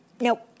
Nope